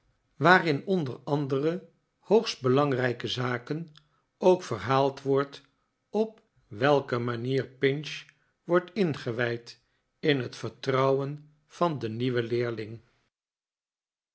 waarin onder andere hoogst belangrijke zaken ook verhaald wordt op welke manier pinch wordt ingewijd in het vertrouwen van den nieuwen leerling